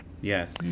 Yes